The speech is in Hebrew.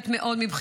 זה מאוד מפריע,